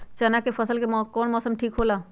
चाना के फसल ला कौन मौसम ठीक होला?